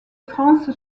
france